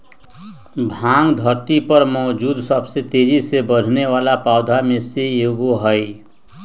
भांग धरती पर मौजूद सबसे तेजी से बढ़ेवाला पौधा में से एगो हई